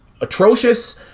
atrocious